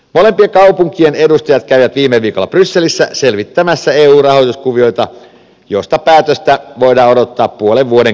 molempien kaupunkien edustajat kävivät viime viikolla brysselissä selvittämässä eu rahoituskuvioita josta päätöstä voidaan odottaa puolen vuoden kuluttua